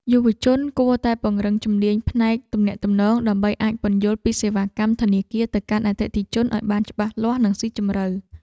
យុវជនគួរតែពង្រឹងជំនាញផ្នែកទំនាក់ទំនងដើម្បីអាចពន្យល់ពីសេវាកម្មធនាគារទៅកាន់អតិថិជនឱ្យបានច្បាស់លាស់និងស៊ីជម្រៅ។